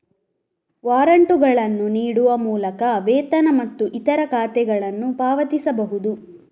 ವಾರಂಟುಗಳನ್ನು ನೀಡುವ ಮೂಲಕ ವೇತನ ಮತ್ತು ಇತರ ಖಾತೆಗಳನ್ನು ಪಾವತಿಸಬಹುದು